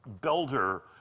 builder